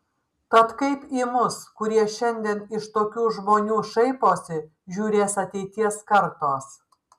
tad kaip į mus kurie šiandien iš tokių žmonių šaiposi žiūrės ateities kartos